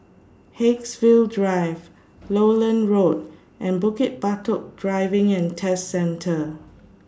Haigsville Drive Lowland Road and Bukit Batok Driving and Test Centre